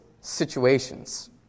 situations